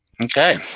Okay